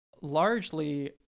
largely